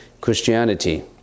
Christianity